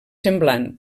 semblant